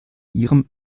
ihrem